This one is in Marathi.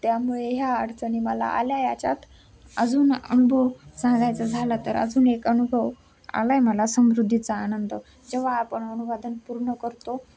त्यामुळे ह्या अडचणी मला आल्या याच्यात अजून अनुभव सांगायचा झाला तर अजून एक अनुभव आला आहे मला समृद्धीचा आनंद जेव्हा आपण अनुवादन पूर्ण करतो